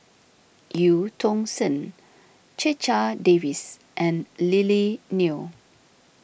Eu Tong Sen Checha Davies and Lily Neo